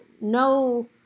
no